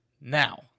now